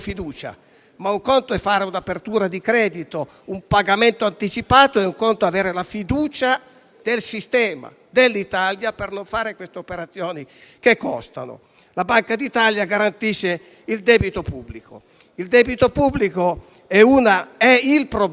Un conto è fare un'apertura di credito e un pagamento anticipato, un conto è avere la fiducia del sistema, dell'Italia, per non fare queste operazioni che costano. La Banca d'Italia garantisce il debito pubblico, e questo costituisce il problema.